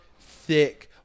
thick